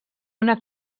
una